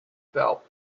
belt